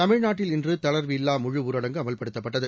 தமிழ்நாட்டில் இன்று தளர்வு இல்லாத முழு ஊரடங்கு அமல்படுத்தப்பட்டது